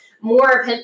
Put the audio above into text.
more